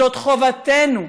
זאת חובתנו,